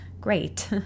great